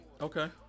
Okay